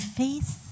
faith